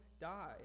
die